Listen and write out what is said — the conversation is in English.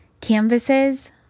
canvases